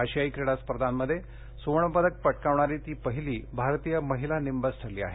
आशियायी क्रीडा स्पर्धांमध्ये सुवर्ण पदक पटकावणारी ती पहिली भारतीय महिला नेमबाज ठरली आहे